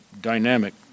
dynamic